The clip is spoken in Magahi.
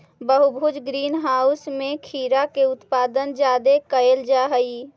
बहुभुज ग्रीन हाउस में खीरा के उत्पादन जादे कयल जा हई